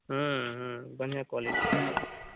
बढ़िया क्वालिटी का है